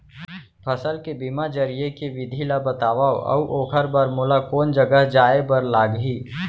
फसल के बीमा जरिए के विधि ला बतावव अऊ ओखर बर मोला कोन जगह जाए बर लागही?